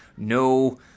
No